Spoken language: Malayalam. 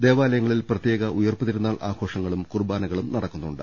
ദേവാ ലയങ്ങളിൽ പ്രത്യേക ഉയിർപ്പ് തിരുനാൾ ആഘോഷങ്ങളും കുർബ്ബാനകളും നടക്കുന്നുണ്ട്